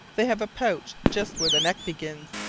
they have a pouch just where the neck begins,